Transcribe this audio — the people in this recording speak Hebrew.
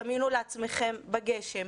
דמיינו לעצמכם בגשם,